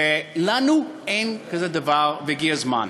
לנו אין דבר כזה, והגיע הזמן.